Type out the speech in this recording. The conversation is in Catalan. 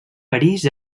parís